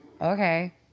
okay